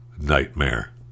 nightmare